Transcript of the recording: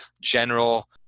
general